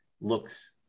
looks